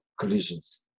collisions